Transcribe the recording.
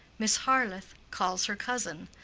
miss harleth calls her cousin.